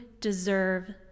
deserve